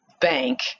bank